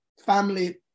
family